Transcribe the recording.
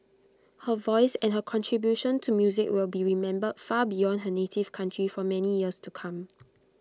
her voice and her contribution to music will be remembered far beyond her native county for many years to come